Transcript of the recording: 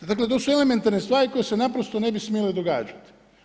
Dakle to su elementarne stvari koje se naprosto ne bi smjele događati.